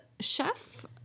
chef